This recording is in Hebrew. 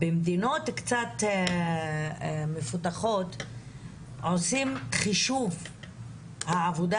במדינות מפותחות עושים חישוב של העבודה